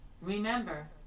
Remember